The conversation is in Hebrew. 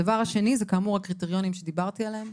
הדבר השני זה כאמור הקריטריונים שדיברתי עליהם.